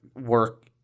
work